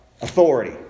Authority